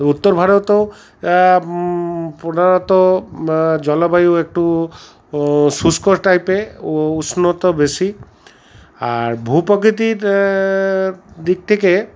উত্তর ভারতও প্রধানত জলবায়ু একটু শুষ্ক টাইপের উষ্ণতা বেশি আর ভূপ্রকৃতির দিক থেকে